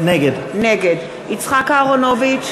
נגד יצחק אהרונוביץ,